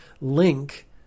link